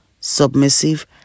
submissive